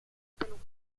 pelo